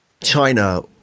China